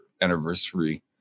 anniversary